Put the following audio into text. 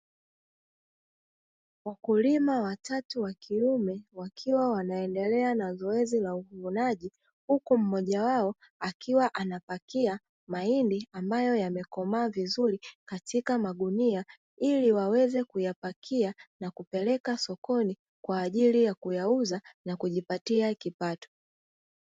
Wakulima watatu wa kiume; wakiwa wanaendelea na zoezi la uvunaji huku mmoja wao akiwa anapakia mahindi; ambayo yamekomaa vizuri katika magunia ili waweze kuyapakia na kupeleka sokoni kwa ajili ya kuyauza na kujipatia kipato.